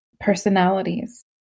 personalities